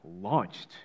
launched